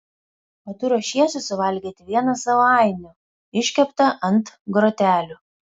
o tu ruošiesi suvalgyti vieną savo ainių iškeptą ant grotelių